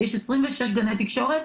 יש 26 גני תקשורת.